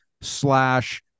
slash